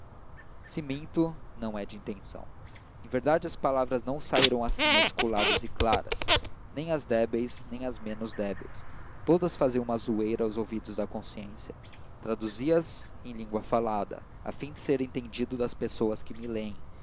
minto não é de intenção em verdade as palavras não saíram assim articuladas e claras nem as débeis nem as menos débeis todas faziam uma zoeira aos ouvidos da consciência traduzi as em língua falada a fim de ser entendido das pessoas que me leem